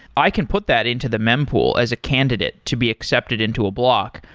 i can put that into the mempool as a candidate to be accepted into a block.